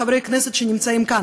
חברי הכנסת שנמצאים כאן.